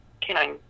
canine